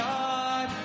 God